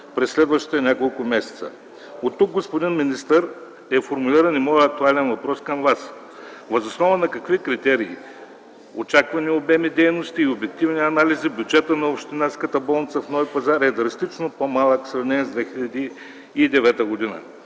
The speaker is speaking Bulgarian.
през следващите няколко месеца. Господин министър, оттук е формулиран и моят актуален въпрос към Вас. Въз основа на какви критерии, очаквани обеми дейности и обективни анализи, бюджета на общинска болница в гр. Нови пазар е драстично по-малък в сравнение с 2009 г.?